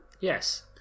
Yes